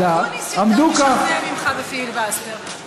הצבאי שבא בסך הכול לדון בהארכת המעצר.